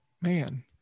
Man